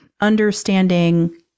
understanding